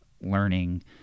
learning